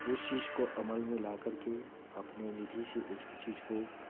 उस चीज़ को अमल में लाकर के अपने निधि से उस चीज़ को